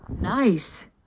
Nice